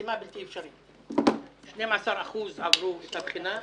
בלתי אפשרית - 12% עברו את בחינה,